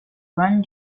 run